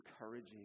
encouraging